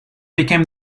became